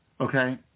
Okay